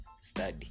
study